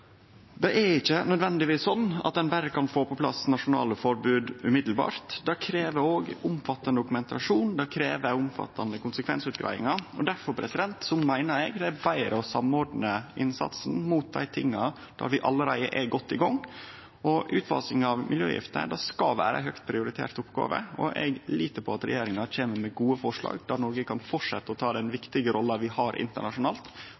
Det er ikkje nødvendigvis slik at ein kan få på plass nasjonale forbod med ein gong. Det krev omfattande dokumentasjon og omfattande konsekvensutgreiingar. Difor meiner eg det er betre å samordne innsatsen mot dei tinga vi allereie er godt i gang med. Å fase ut miljøgifter skal vere ei høgt prioritert oppgåve, og eg lit på at regjeringa kjem med gode forslag der Noreg kan fortsetje å ta den viktige rolla vi har internasjonalt,